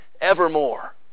evermore